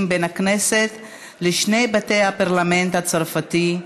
בין הכנסת לשני בתי הפרלמנט הצרפתי,